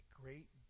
great